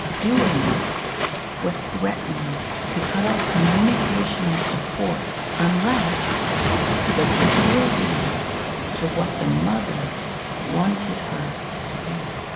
doing this was threatening to cut off communication and support unless the daughter agreed to what the mother wanted her to do.